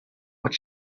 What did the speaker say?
what